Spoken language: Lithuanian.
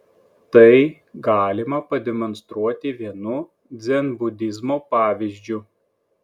tai galima pademonstruoti vienu dzenbudizmo pavyzdžiu